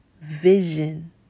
vision